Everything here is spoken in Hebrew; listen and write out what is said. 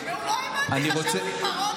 אני רוצה, שמעו, לא האמנתי, חשבתי פרודיה.